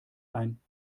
ein